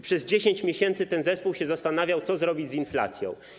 Przez 10 miesięcy ten zespół się zastanawiał, co zrobić z inflacją.